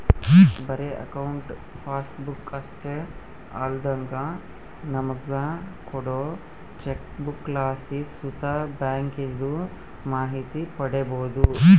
ಬರೇ account passbook ಅಷ್ಟೇ ಅಲ್ದಂಗ ನಮುಗ ಕೋಡೋ ಚೆಕ್ಬುಕ್ಲಾಸಿ ಸುತ ಬ್ಯಾಂಕಿಂದು ಮಾಹಿತಿ ಪಡೀಬೋದು